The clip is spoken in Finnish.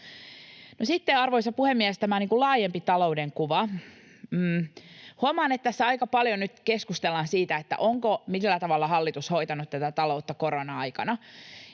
sitten, arvoisa puhemies, tästä laajemmasta talouden kuvasta: Huomaan, että tässä aika paljon nyt keskustellaan siitä, onko millä tavalla hallitus hoitanut tätä taloutta korona-aikana.